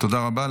תודה רבה.